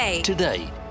Today